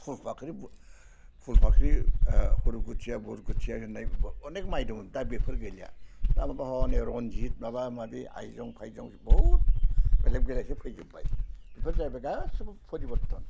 फुलफाख्रि फुलफाख्रि हरु गुथिया बर गुथिया होननाय अनेख माइ दंमोन दा बेफोर गैलिया दा माबा हनै रनजित माबा माबि आयजं फायजं बहुद बेलेग बेलेगसो फैजोब्बाय बेफोर जाबाय गासिबो फरिबरथन